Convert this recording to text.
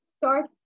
start